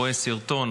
רואה סרטון,